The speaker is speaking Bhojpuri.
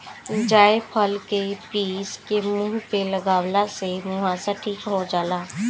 जायफल के पीस के मुह पे लगवला से मुहासा ठीक हो जाला